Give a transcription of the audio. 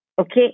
okay